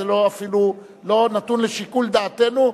זה אפילו לא נתון לשיקול דעתנו,